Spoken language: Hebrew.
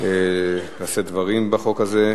לשאת דברים בעניין הזה.